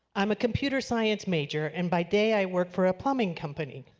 i am a computer science major. and by day i work for a plumbing company.